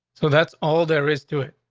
so that's all there is to it.